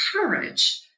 courage